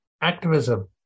activism